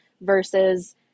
versus